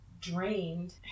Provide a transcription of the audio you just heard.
drained